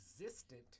existent